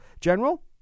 General